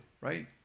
right